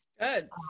Good